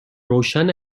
روشن